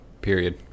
Period